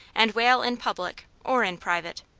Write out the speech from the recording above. and wail in public, or in private.